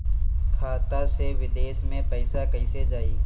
खाता से विदेश मे पैसा कईसे जाई?